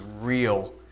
real